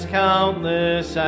countless